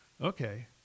Okay